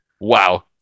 wow